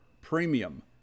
premium